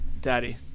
Daddy